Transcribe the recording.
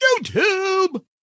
YouTube